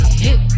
hit